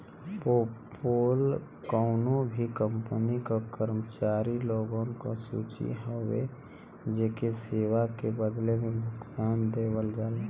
payroll कउनो भी company क कर्मचारी लोगन क सूची हउवे जेके सेवा के बदले में भुगतान देवल जाला